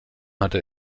hatte